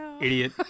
idiot